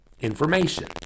information